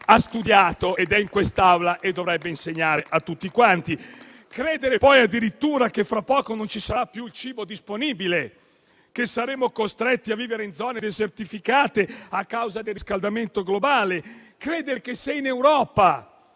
ha studiato, è in quest'Aula e dovrebbe insegnare a tutti. Si vuol far credere addirittura che fra poco non ci sarà più il cibo disponibile, che saremo costretti a vivere in zone desertificate a causa del riscaldamento globale. Tra l'altro, l'Europa